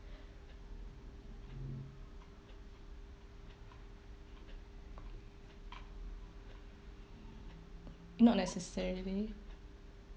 not necessarily